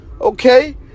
Okay